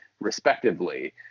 respectively